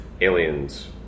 Aliens